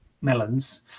melons